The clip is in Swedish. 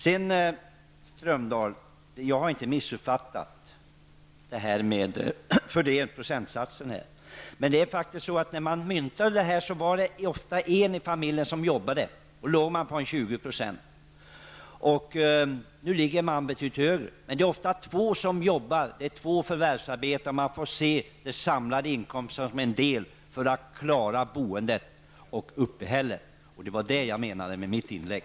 Till Jan Strömdahl vill jag säga att jag inte har missuppfattat procentsatsen. När man myntade uttrycket var det ofta en i familjen som jobbade, och då låg bostadskostnaden vid 20 %. Nu är den betydligt högre, men det är oftast två förvärvsarbetande i familjen. Man får se till den samlade inkomst som behövs för att klara boendet och uppehället. Det var detta jag menade i mitt inlägg.